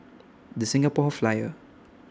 The Singapore Flyer